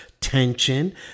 tension